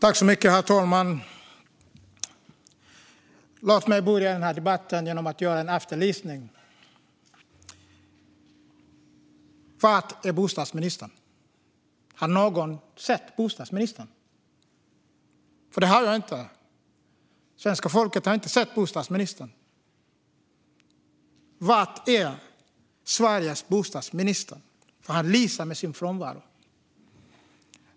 Herr talman! Låt mig börja denna debatt genom att göra en efterlysning. Var är bostadsministern? Har någon sett bostadsministern? Svenska folket har inte sett bostadsministern. Var är Sveriges bostadsminister? Han lyser med sin frånvaro.